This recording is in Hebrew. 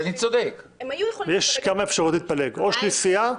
יש כמה אפשרויות להתפלג או סיעה או מפלגה.